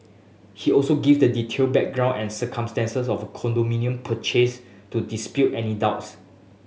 he also gave the detailed background and circumstances of condominium purchase to dispel any doubts